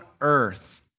Earth